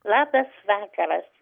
labas vakaras